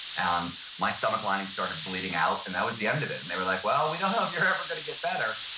um my stomach lining started bleeding out. and that was the end of it. and they were like, we don't know if you're ever going to get better.